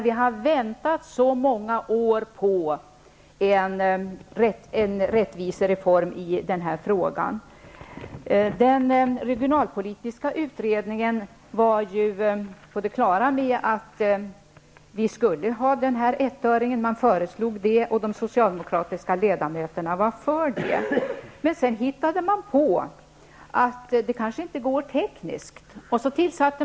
Vi har ju väntat i många år på en rättvisereform i den här frågan. Den regionalpolitiska utredningen var på det klara med att vi skulle ha 1 öre per producerad kWh. Det var också vad man föreslog. Socialdemokraterna var också för detta. Men sedan började man tala om att det kanske var tekniskt omöjligt.